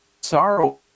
sorrow